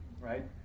right